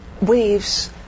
Waves